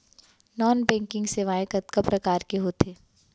non banking सेवाएं कतका प्रकार के होथे